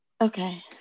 Okay